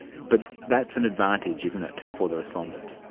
but that's an advantage, isn't it, for the respondent.